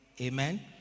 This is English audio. Amen